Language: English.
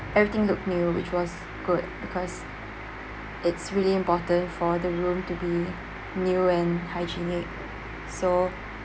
everything looked new which was good because it's really important for the room to be new and hygienic so